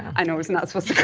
you know it is not supposed